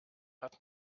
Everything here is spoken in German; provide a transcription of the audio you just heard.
hat